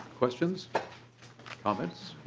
questions comments?